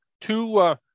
Two